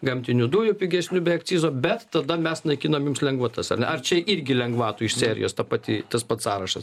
gamtinių dujų pigesnių be akcizo bet tada mes naikinam jums lengvatas ar čia irgi lengvatų iš serijos ta pati tas pats sąrašas